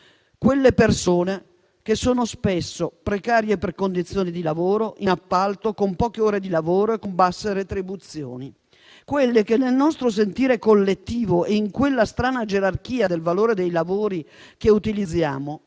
Quelle persone sono spesso precarie per condizioni di lavoro, in appalto, con poche ore di lavoro e con basse retribuzioni, e sono quelle che nel nostro sentire collettivo e in quella strana gerarchia del valore dei lavori che utilizziamo